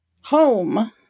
home